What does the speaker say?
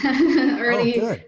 already